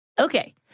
Okay